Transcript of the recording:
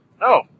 No